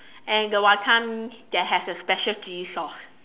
and the wanton-mee that have the special chili sauce